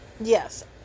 Yes